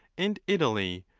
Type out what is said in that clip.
and italy,